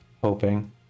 hoping